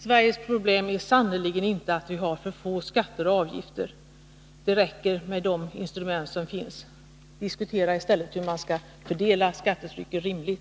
Sveriges problem är sannerligen inte att vi har för få skatter och avgifter — det räcker med de instrument som finns. Diskutera hur man skall fördela skattetrycket rimligt!